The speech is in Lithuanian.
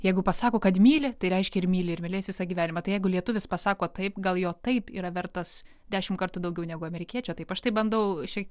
jeigu pasako kad myli tai reiškia ir myli ir mylės visą gyvenimą tai jeigu lietuvis pasako taip gal jo taip yra vertas dešimt kartų daugiau negu amerikiečio taip aš taip bandau šiek